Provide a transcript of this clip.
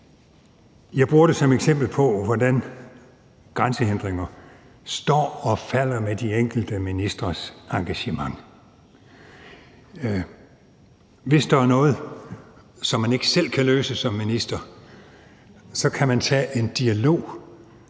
Jeg bruger det som et eksempel på, hvordan grænsehindringer står og falder med de enkelte ministres engagement. Hvis der er noget, som man ikke selv kan løse som minister, kan man tage en dialog